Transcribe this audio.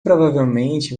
provavelmente